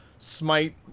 smite